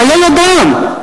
חיי אדם.